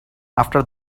after